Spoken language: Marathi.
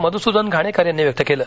मधुसूदन घाणेकर यांनी व्यक्त केलं